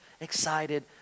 excited